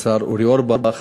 השר אורי אורבך.